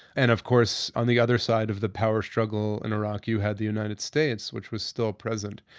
and of course on the other side of the power struggle in iraq, you had the united states, which was still present.